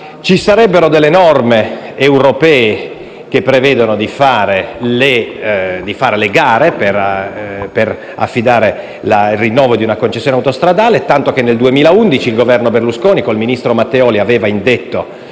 Ci sono norme europee che prevedrebbero di indire gare per affidare il rinnovo di una concessione autostradale, tanto che nel 2011 il governo Berlusconi, con il ministro Matteoli, lo aveva fatto.